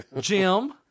Jim